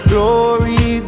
Glory